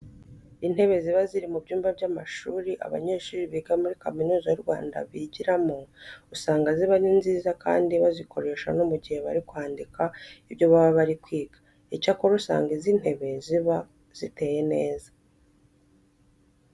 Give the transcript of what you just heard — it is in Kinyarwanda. Intebe ziba ziri mu byumba by'amashuri abanyeshuri biga muri Kaminuza y'u Rwanda bigiramo usanga ziba ari nziza kandi bazikoresha no mu gihe bari kwandika ibyo baba bari kwiga. Icyakora usanga izi ntebe ziba ziteye neza.